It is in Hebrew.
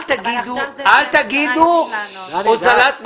אל תגידו הוזלת מחירים.